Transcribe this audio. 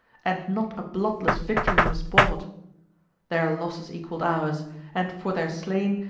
and not a bloodless victory was bought their losses equal'd ours and, for their slain,